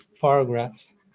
paragraphs